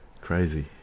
crazy